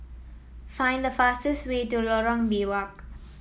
find the fastest way to Lorong Biawak